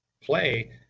play